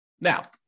Now